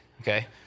okay